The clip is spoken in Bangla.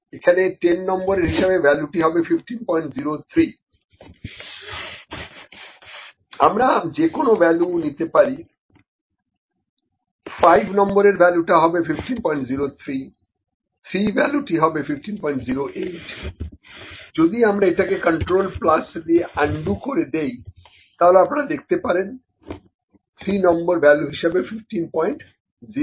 এখানে 10 নম্বরের হিসেবে ভ্যালুটি হবে 1503 আমরা যে কোনো ভ্যালু নিতে পারি 5 নম্বরের ভ্যালুটা হবে 1503 3 ভ্যালু টি হবে 1508 যদি আমরা এটাকে কন্ট্রোল প্লাস দিয়ে আনডু করে দিই তাহলে আপনারা দেখতে পাবেন 3 নম্বর ভ্যালু হিসেবে 1508